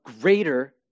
greater